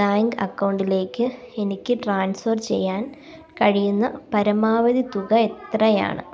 bank അക്കൗണ്ടിലേക്ക് എനിക്ക് transfer ചെയ്യാൻ കഴിയുന്ന പരമാവധി തുക എത്രയാണ്